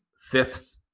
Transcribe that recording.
fifth